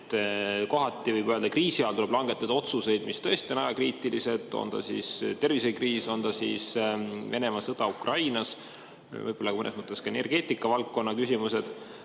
Kohati võib öelda, et kriisi ajal tuleb langetada otsuseid, mis tõesti on ajakriitilised. On ta siis tervisekriis, on ta siis Venemaa sõda Ukrainas, võib-olla mõnes mõttes ka energeetikavaldkonna küsimused.